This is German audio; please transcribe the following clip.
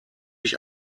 ich